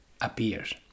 appears